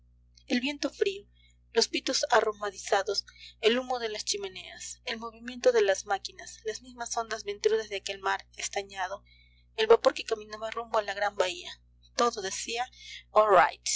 el viento frío los pitos arromadizados el humo de las chimeneas el movimiento de las máquinas las mismas ondas ventrudas de aquel mar estañado el vapor que caminaba rumbo a la gran bahía todo decía